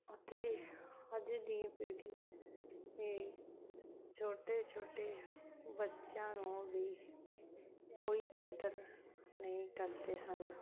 ਅਤੇ ਅੱਜ ਦੀ ਪੀੜ੍ਹੀ ਵੀ ਛੋਟੇ ਛੋਟੇ ਬੱਚਿਆਂ ਨੂੰ ਵੀ ਕੋਈ ਕਦਰ ਨਹੀਂ ਕਰਦੇ ਸਨ